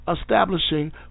establishing